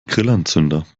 grillanzünder